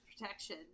protection